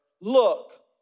look